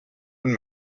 und